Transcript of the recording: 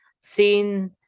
seen